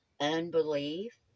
unbelief